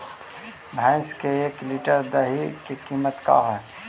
भैंस के एक लीटर दही के कीमत का है?